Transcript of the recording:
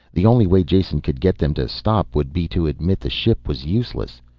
the only way jason could get them to stop would be to admit the ship was useless.